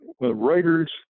writers